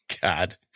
God